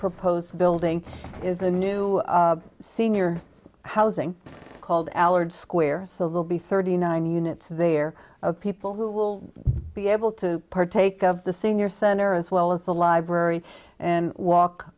proposed building is a new senior housing called allard square so they'll be thirty nine units there of people who will be able to partake of the senior center as well as the library and walk